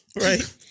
right